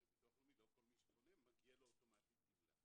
הרי לא כל מי שפונה לביטוח לאומי מגיע לו אוטומטית גמלה.